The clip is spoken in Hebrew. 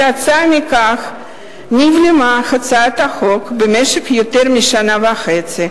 התוצאה היא שהצעת החוק נבלמה במשך יותר משנה וחצי.